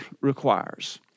requires